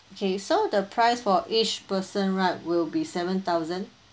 okay so the price for each person right will be seven thousand